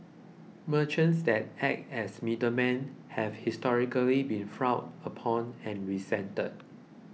merchants that act as middlemen have historically been frowned upon and resented